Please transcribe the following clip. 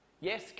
Yes